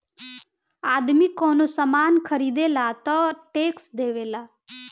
आदमी कवनो सामान ख़रीदेला तऽ टैक्स देवेला